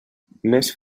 més